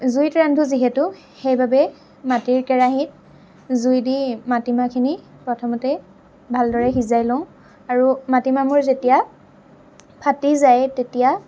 জুইত ৰান্ধোঁ যিহেতু সেইবাবেই মাটিৰ কেৰাহিত জুই দি মাটিমাহখিনি প্ৰথমতেই ভালদৰে সিজাই লওঁ আৰু মাটিমাহবোৰ যেতিয়া ফাটি যায় তেতিয়া